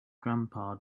grandpa